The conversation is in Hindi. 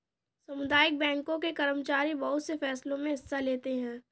सामुदायिक बैंकों के कर्मचारी बहुत से फैंसलों मे हिस्सा लेते हैं